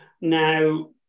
Now